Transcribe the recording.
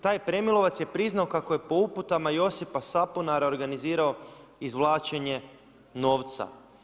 Taj Premilovac je priznao kako je po uputama Josipa Sapunara organizirao izvlačenje novca.